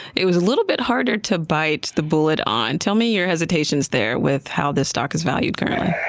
it was a little bit harder to bite the bullet on. tell me your hesitations there with how this stock is valued currently.